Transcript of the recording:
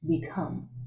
become